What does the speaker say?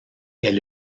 est